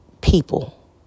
people